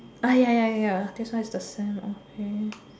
ah ya ya ya ya this one is the same okay